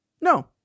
No